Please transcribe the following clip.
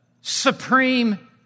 supreme